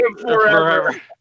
forever